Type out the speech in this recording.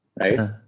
right